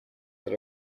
that